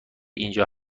اینجا